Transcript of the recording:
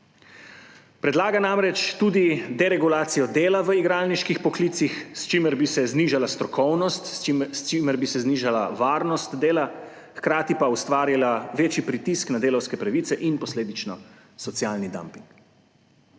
Predlaga namreč tudi deregulacijo dela v igralniških poklicih, s čimer bi se znižala strokovnost, s čimer bi se znižala varnost dela, hkrati pa ustvarilo večji pritisk na delavske pravice in posledično socialni damping.